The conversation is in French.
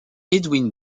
edwin